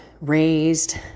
raised